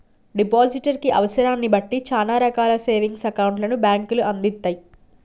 depositor కి అవసరాన్ని బట్టి చానా రకాల సేవింగ్స్ అకౌంట్లను బ్యేంకులు అందిత్తయ్